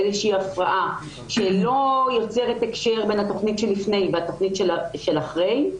איזושהי הפרעה שלא יוצרת הקשר בין התוכנית שלפני והתוכנית של אחרי,